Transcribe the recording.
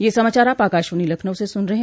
ब्रे क यह समाचार आप आकाशवाणी लखनऊ से सुन रहे हैं